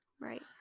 Right